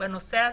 בנושא הזה.